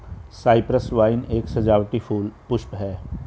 Cyprus vine एक सजावटी पुष्प है